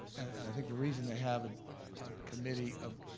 and i think the reason they have a ah committee of,